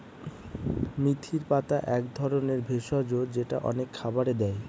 মেথির পাতা এক ধরনের ভেষজ যেটা অনেক খাবারে দেয়